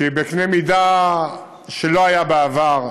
שהיא בקנה מידה שלא היה בעבר,